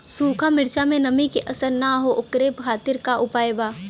सूखा मिर्चा में नमी के असर न हो ओकरे खातीर का उपाय बा?